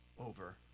over